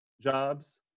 jobs